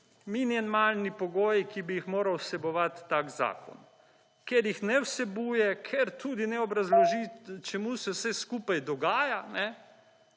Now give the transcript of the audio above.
minimalni pogoji, ki bi jih moral vsebovati tak zakon. Ker jih ne vsebuje, ker tudi ne obrazloži čemu se vse skupaj dodaja,